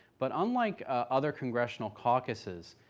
but unlike other congressional caucuses,